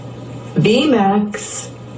VMAX